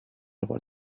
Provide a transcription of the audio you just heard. about